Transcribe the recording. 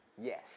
Yes